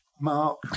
Mark